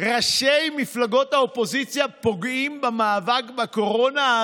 ראשי מפלגות האופוזיציה פוגעים במאבק בקורונה?